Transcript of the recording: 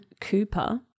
Cooper